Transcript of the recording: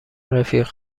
رفیق